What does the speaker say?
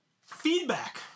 Feedback